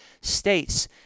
states